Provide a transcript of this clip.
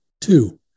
Two